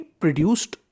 produced